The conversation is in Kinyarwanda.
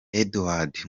eduard